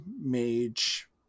Mage